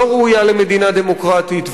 לא ראויה למדינה דמוקרטית,